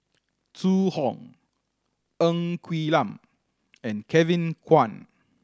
Zhu Hong Ng Quee Lam and Kevin Kwan